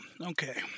Okay